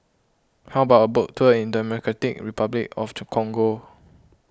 how about a boat tour in Democratic Republic of the Congo